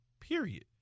period